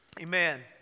Amen